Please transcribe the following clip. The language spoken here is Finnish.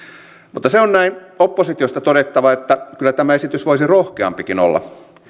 mutta se on näin oppositiosta todettava että kyllä tämä esitys voisi rohkeampikin olla